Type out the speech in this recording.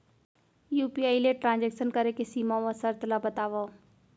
UPI ले transaction करे के सीमा व शर्त ला बतावव?